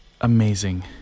amazing